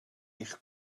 eich